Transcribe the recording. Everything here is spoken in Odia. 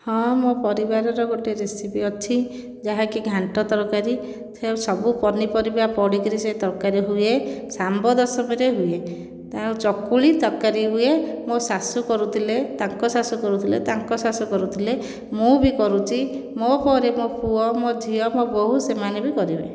ହଁ ମୋ ପରିବାରର ଗୋଟିଏ ରେସିପି ଅଛି ଯାହାକି ଘାଣ୍ଟ ତରକାରୀ ସେସବୁ ପନିପରିବା ପଡ଼ିକରି ସେ ତରକାରୀ ହୁଏ ଶାମ୍ବ ଦଶମୀରେ ହୁଏ ତ ଚକୁଳି ତରକାରୀ ହୁଏ ମୋ ଶାଶୁ କରୁଥିଲେ ତାଙ୍କ ଶାଶୁ କରୁଥିଲେ ତାଙ୍କ ଶାଶୁ କରୁଥିଲେ ମୁଁ ବି କରୁଛି ମୋ ପରେ ମୋ ପୁଅ ମୋ ଝିଅ ମୋ ବୋହୁ ସେମାନେ ବି କରିବେ